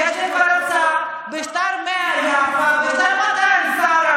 יש לי כבר הצעה, בשטר 100 יפה, בשטר 200 שרה.